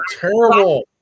terrible